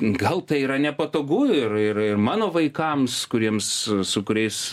gal tai yra nepatogu ir ir mano vaikams kuriems su kuriais